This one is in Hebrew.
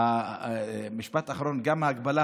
משפט אחרון: גם ההגבלה